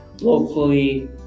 locally